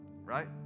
Right